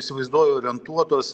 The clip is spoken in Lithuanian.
įsivaizduoju orientuotos